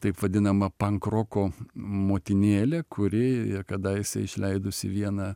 taip vadinama pankroko motinėlė kuri kadaise išleidusi vieną